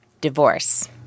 Divorce